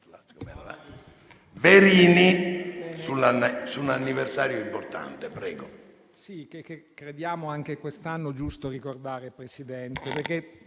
interviene su un anniversario importante.